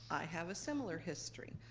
i have a similar history.